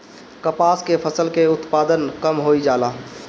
कपास के फसल के उत्पादन कम होइ जाला?